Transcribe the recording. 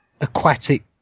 aquatic